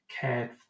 cared